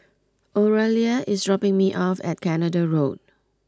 Oralia is dropping me off at Canada Road